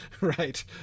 right